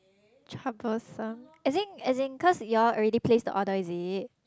troublesome as in as in cause you all already placed the order is it